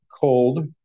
cold